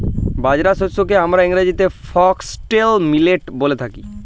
বাজরা শস্যকে হামরা ইংরেজিতে ফক্সটেল মিলেট ব্যলে থাকি